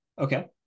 okay